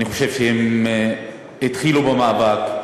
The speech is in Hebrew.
אני חושב שהם התחילו במאבק,